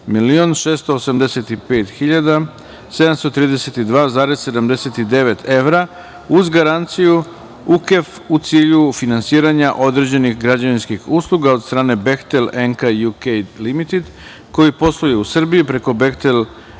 431.685.732,79 evra uz garanciju UKEF u cilju finansiranja određenih građevinskih usluga od strane Bechtel Enka UK Limited, koji posluje u Srbiji preko Bechtel Enka UK